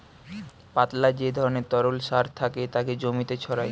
পাতলা যে ধরণের তরল সার থাকে তাকে জমিতে ছড়ায়